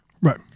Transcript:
Right